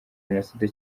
genocide